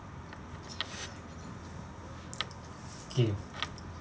K